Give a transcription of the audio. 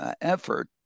Effort